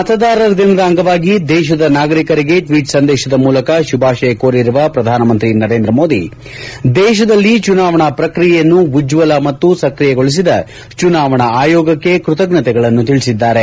ಮತದಾರರ ದಿನದ ಅಂಗವಾಗಿ ದೇತದ ನಾಗರಿಕರಿಗೆ ಟ್ವೀಟ್ ಸಂದೇಶದ ಮೂಲಕ ಶುಭಾಶಯ ಕೋರಿರುವ ಪ್ರಧಾನಮಂತ್ರ ನರೇಂದ್ರ ಮೋದಿ ದೇಶದಲ್ಲಿ ಚುನಾವಣಾ ಪ್ರಕ್ರಿಯೆಯನ್ನು ಉಜ್ವಲ ಮತ್ತು ಸಕ್ರಿಯಗೊಳಿಸಿದ ಚುನಾವಣಾ ಆಯೋಗಕ್ಷೆ ಕೃತಜ್ಞತೆಗಳನ್ನು ತಿಳಿಸಿದ್ದಾರೆ